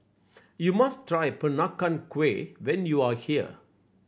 you must try Peranakan Kueh when you are here